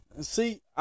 See